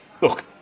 look